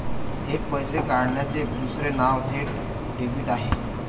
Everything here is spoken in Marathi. थेट पैसे काढण्याचे दुसरे नाव थेट डेबिट आहे